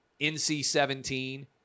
NC-17